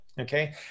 Okay